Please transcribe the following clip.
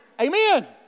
Amen